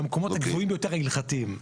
במקומות הגבוהים ביותר ההלכתיים.